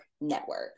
network